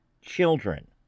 children